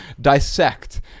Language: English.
dissect